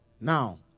Now